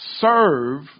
Serve